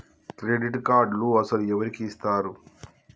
Credit కార్డులు అసలు ఎవరికి ఇస్తారు?